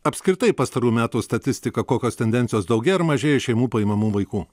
apskritai pastarųjų metų statistika kokios tendencijos daugėja ar mažėja iš šeimų paimamų vaikų